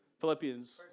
Philippians